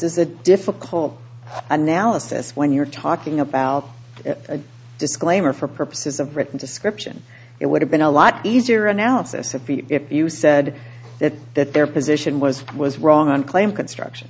is a difficult analysis when you're talking about a disclaimer for purposes of written description it would have been a lot easier analysis of feet if you said that that their position was was wrong and claim construction